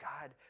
God